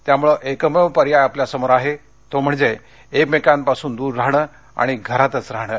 त्यामुळे एकमेव पर्याय आपल्यासमोर आहे तो म्हणजे एकमेकांपासून दूर राहणं आणि घरातच राहणं